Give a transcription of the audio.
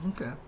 Okay